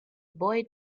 boy